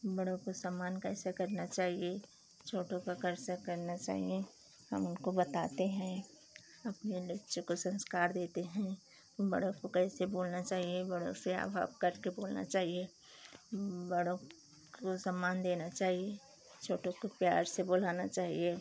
बड़ों को सम्मान कैसे करना चाहिए छोटों का कैसे करना चाहिए हम उनको बताते हैं अपने बच्चों को संस्कार देते हैं बड़ों को कैसे बोलना चाहिए बड़ों से आप आप करके बोलना चाहिए बड़ों को सम्मान देना चाहिए छोटों को प्यार से बोलाना चाहिए